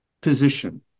position